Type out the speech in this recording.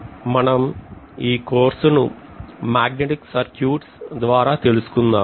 మనం ఈ కోర్సును మాగ్నెటిక్ సర్క్యూట్స్ ద్వారా తెలుసుకుందాం